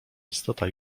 istota